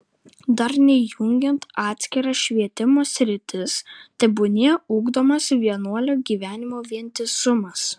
darniai jungiant atskiras švietimo sritis tebūnie ugdomas vienuolio gyvenimo vientisumas